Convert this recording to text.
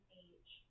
age